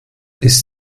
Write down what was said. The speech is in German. ist